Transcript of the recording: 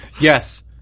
Yes